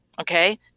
okay